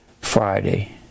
Friday